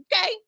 okay